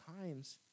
times